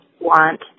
want